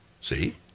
See